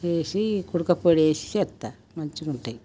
వేసి కురకపొడి వేసి చేస్తా మంచిగా ఉంటాయి